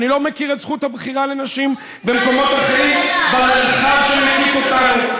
אני לא מכיר את זכות הבחירה לנשים במקומות אחרים במרחב שמקיף אותנו.